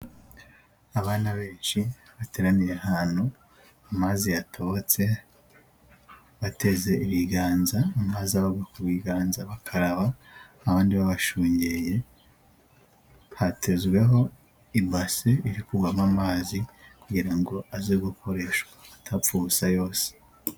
Abana benshi bateraniye ahantu amazi yatobotse, bateze ibiganza abagwa ku biganza bakaraba, abandi babashungeye hatezweho ibase iri kugwamo amazi kugira ngo aze gukoreshwa atapfa ubusa yose.